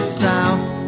south